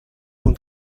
und